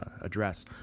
address